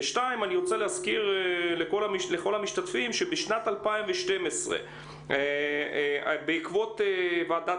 ושתיים אני רוצה להזכיר לכל המשתתפים שבשנת 2012 בעקבות ועדת